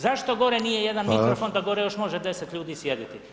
Zašto gore nije jedan mikrofon da gore još može 10 ljudi sjediti?